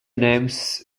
names